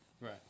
Right